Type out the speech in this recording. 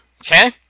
Okay